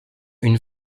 une